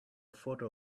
photo